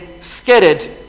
scattered